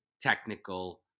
technical